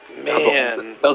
man